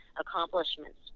accomplishments